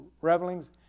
revelings